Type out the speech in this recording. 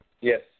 Yes